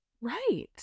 right